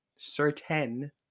certain